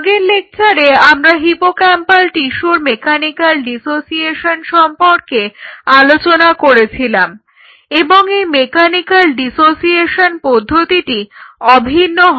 আগের লেকচারে আমরা হিপোক্যাম্পাল টিস্যুর মেকানিক্যাল ডিসোসিয়েশন সম্পর্কে আলোচনা করেছিলাম এবং এই মেকানিকাল ডিসোসিয়েশন পদ্ধতিটি অভিন্ন হয়